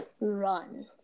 run